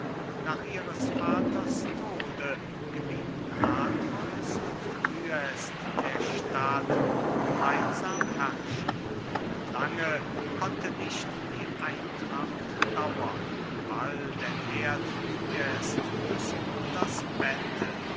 nach ihres vaters tode gebieten atreus und thyest der stadt gemeinsam herrschend lange konnte nicht die eintracht dauern bald entehrt thyest des bruders bette